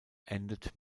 endet